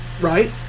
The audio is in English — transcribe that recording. right